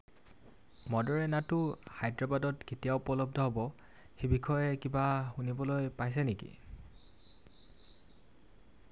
মডাৰেনাটো হাইদৰাবাদত কেতিয় উপলব্ধ হ'ব সেইবিষয়ে কিবা শুনিবলৈ পাইছে নেকি